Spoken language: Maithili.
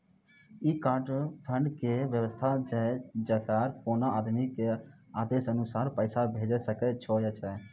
ई एक फंड के वयवस्था छै जैकरा कोनो आदमी के आदेशानुसार पैसा भेजै सकै छौ छै?